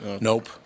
Nope